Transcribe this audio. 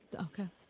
Okay